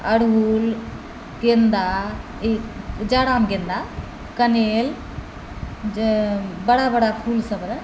अड़हुल गेन्दा ई जड़ाब गेन्दा कनैल जे बड़ा बड़ा फूल सबरऽ